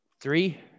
three